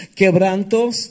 quebrantos